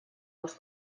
els